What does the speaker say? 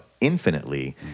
infinitely